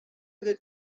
good